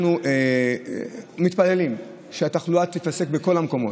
אנחנו מתפללים שהתחלואה תיפסק בכל המקומות,